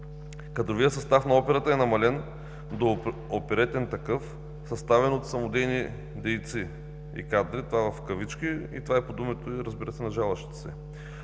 „Кадровият състав на операта е намален до оперетен такъв, съставен от самодейни дейци и кадри“ – това е по думите, разбира се, на жалващите се.